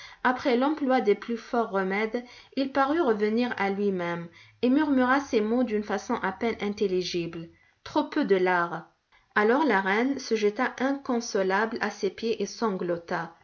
après l'emploi des plus forts remèdes il parut revenir à lui-même et murmura ces mots d'une façon à peine intelligible trop peu de lard alors la reine se jeta inconsolable à ses pieds et sanglota